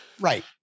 right